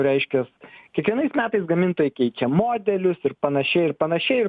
reiškias kiekvienais metais gamintojai keičia modelius ir panašiai ir panašiai ir